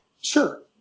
Sure